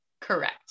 Correct